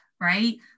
right